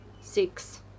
six